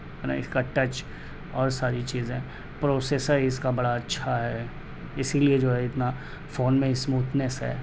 ہے نا اس کا ٹچ اور ساری چیزیں پروسیسر اس کا بڑا اچھا ہے اسی لیے جو ہے اتنا فون میں اسموتھنیس ہے